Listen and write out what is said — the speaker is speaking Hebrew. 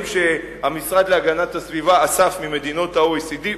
שהמשרד להגנת הסביבה אסף ממדינות ה-OECD,